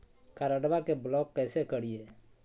कार्डबा के ब्लॉक कैसे करिए?